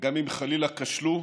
וגם אם חלילה כשלו,